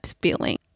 feeling